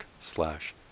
slash